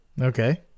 Okay